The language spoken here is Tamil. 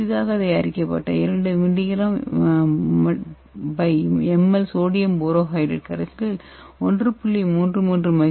புதிதாக தயாரிக்கப்பட்ட 2mg ml NaBH4 கரைசலில் 1